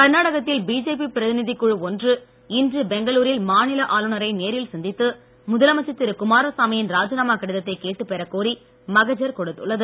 கர்நாடகத்தில் பிஜேபி பிரதிநிதி குழு ஒன்று இன்று பெங்களூரில் மாநில ஆளுநரை நேரில் சந்தித்து முதலமைச்சர் திரு குமாரசாமியின் ராஜினாமா கடிதத்தை கேட்டுப் பெறக்கோரி மகஜர் கொடுத்துள்ளது